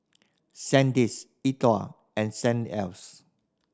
Sandisk E Twow and Saint Else